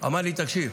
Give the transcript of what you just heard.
והוא אמר לי: תקשיב,